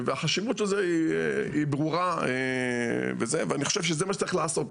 החשיבות של זה ברורה ואני חושב שזה מה שצריך לעשות,